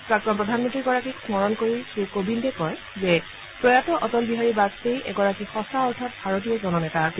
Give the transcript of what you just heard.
প্ৰাক্তন প্ৰধানমন্ত্ৰী গৰাকীক স্মৰণ কৰি শ্ৰী কোবিন্দে কয় যে প্ৰয়াত অটল বিহাৰী বাজপেয়ী এগৰাকী সচা অৰ্থত ভাৰতীয় জননেতা আছিল